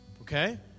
Okay